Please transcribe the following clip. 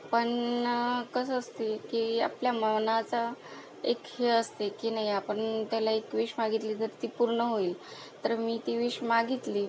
पण कसं असते की आपल्या मनाचा एक हे असते की नाही आपण त्याला एक विश मागितली तर ती पूर्ण होईल तर मी ती विश मागितली